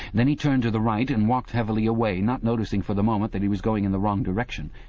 then he turned to the right and walked heavily away, not noticing for the moment that he was going in the wrong direction.